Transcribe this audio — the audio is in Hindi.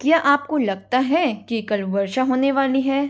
क्या आप को लगता है कि कल वर्षा होने वाली है